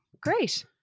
Great